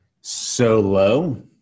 solo